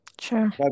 Sure